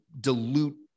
dilute